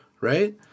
right